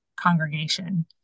congregation